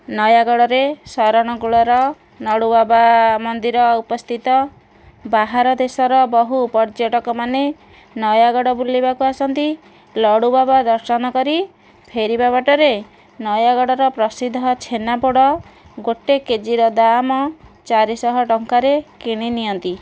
ନୟାଗଡ଼ରେ ସରଣକୁଳର ଲଡ଼ୁବାବା ମନ୍ଦିର ଉପସ୍ଥିତ ବାହାର ଦେଶର ବହୁ ପର୍ଯ୍ୟଟକ ମାନେ ନୟାଗଡ଼ ବୁଲିବାକୁ ଆସନ୍ତି ଲଡୁବାବା ଦର୍ଶନ କରି ଫେରିବା ବାଟରେ ନୟାଗଡ଼ର ପ୍ରସିଦ୍ଧ ଛେନାପୋଡ଼ ଗୋଟିଏ କେଜିର ଦାମ ଚାରିଶହ ଟଙ୍କାରେ କିଣି ନିଅନ୍ତି